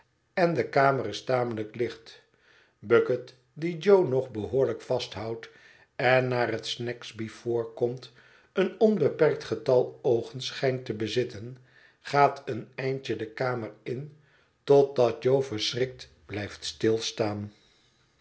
en de kamer is tamelijk licht bucket die jo nog behoorlijk vasthoudt en naar het snagsby voorkomt een onbeperkt getal oogen schijnt te bezitten gaat een eindje de kamer in totdat jo verschrikt blijft stilstaan